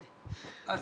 אני